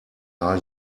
are